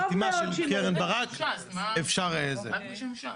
את החתימה של קרן ברק אפשר --- זה רק בשם ש"ס.